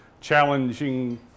challenging